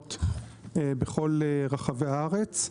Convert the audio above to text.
רשיונות בכל רחבי הארץ,